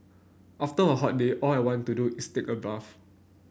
after a hot day all I want to do is take a bath